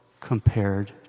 compared